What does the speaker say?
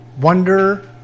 wonder